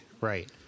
Right